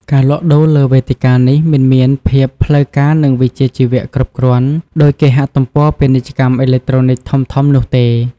ការលក់ដូរលើវេទិកានេះមិនមានភាពផ្លូវការនិងវិជ្ជាជីវៈគ្រប់គ្រាន់ដូចគេហទំព័រពាណិជ្ជកម្មអេឡិចត្រូនិកធំៗនោះទេ។